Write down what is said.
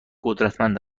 قدرتمند